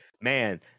man